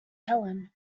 helene